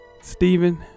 Stephen